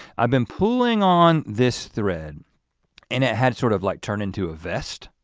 i've been pulling on this thread and it had sort of like turned into a vest